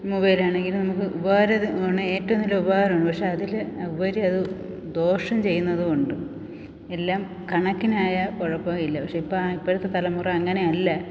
മൊബൈലാണെങ്കിൽ നമുക്ക് ഉപകാരമാണ് ഏറ്റവും നല്ല ഉപകാരമാണ് പക്ഷേ അതിൽ ഉപരി അത് ദോഷം ചെയ്യുന്നതും ഉണ്ട് എല്ലാം കണക്കിനായാൽ കുഴപ്പമില്ല പക്ഷേ ഇപ്പം ഇപ്പോഴത്തെ തലമുറ അങ്ങനെയല്ല